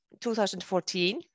2014